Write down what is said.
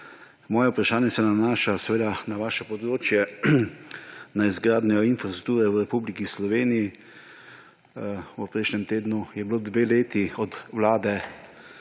Moje vprašanje se nanaša na vaše področje, na izgradnjo infrastrukture v Republiki Sloveniji. V prejšnjem tednu je bilo dve leti od vlade